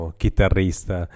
chitarrista